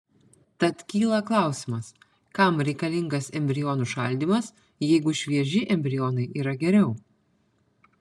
tad kyla klausimas kam reikalingas embrionų šaldymas jeigu švieži embrionai yra geriau